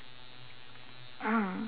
uh